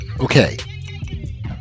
okay